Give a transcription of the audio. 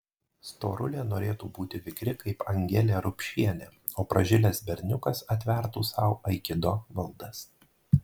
storulė norėtų būti vikri kaip angelė rupšienė o pražilęs berniukas atvertų sau aikido valdas